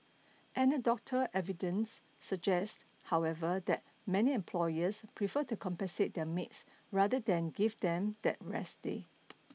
anecdotal evidence suggests however that many employers prefer to compensate their maids rather than give them that rest day